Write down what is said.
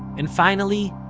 and finally,